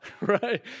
right